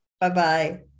Bye-bye